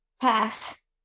Pass